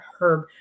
herb